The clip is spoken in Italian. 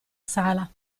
sala